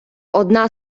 одна